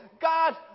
God